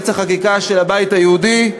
יועץ החקיקה של הבית היהודי,